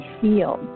feel